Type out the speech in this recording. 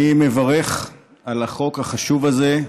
אני מברך על החוק החשוב הזה,